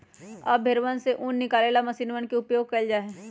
अब भेंड़वन से ऊन निकाले ला मशीनवा के उपयोग कइल जाहई